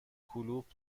کلوپ